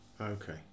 Okay